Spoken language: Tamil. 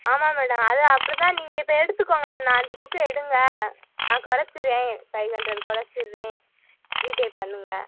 ஆமாம் மேடம் அது அப்படிதான் நீங்கள் இப்போ எடுத்துக்கோங்க இப்போ நான் அஞ்சு புக்கு எடுங்கள் நான் குறச்சிர்றேன் ஃபைவ் ஹண்ட்ரேட் குறச்சிர்றேன் ஜீ பே பண்ணுங்கள்